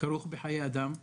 כ"ג באלול התשפ"א,